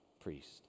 priest